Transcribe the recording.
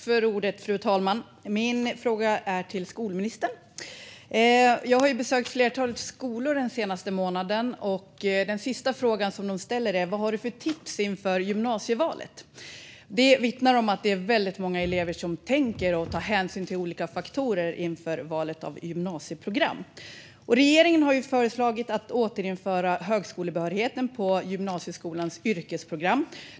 Fru talman! Min fråga är till skolministern. Jag har besökt ett flertal skolor den senaste månaden. Den sista frågan de ställer är: Vad har du för tips inför gymnasievalet? Det vittnar om att det är väldigt många elever som tänker och tar hänsyn till olika faktorer inför valet av gymnasieprogram. Regeringen har ju föreslagit att återinföra högskolebehörigheten på gymnasieskolans yrkesprogram.